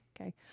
Okay